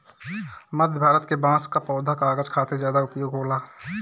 मध्य भारत के बांस कअ पौधा कागज खातिर ज्यादा उपयोग होला